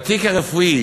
התיק הרפואי